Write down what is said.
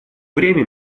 время